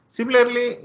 Similarly